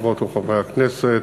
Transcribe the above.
חברות וחברי הכנסת,